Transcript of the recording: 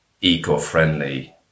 eco-friendly